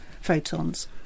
photons